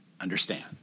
understand